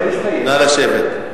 נא לשבת.